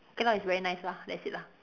okay lah it's very nice lah that's it lah